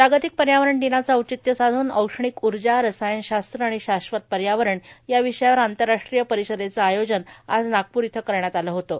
जागतिक पर्यावरण दिनाचे औचित्य साधून औष्णिक ऊर्जा रसायन शास्त्र आणि शाश्वत पर्यावरण या विषयावर आंतरराष्ट्रीय परिषदेचे आयोजन आज नागपूर इथं करण्यात आलं होतं